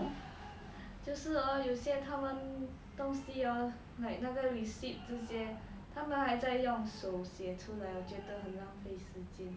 就是 hor 有些他们东西 hor like 那个 receipt 这些他们还在用手写出来我觉得很浪费时间